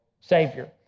Savior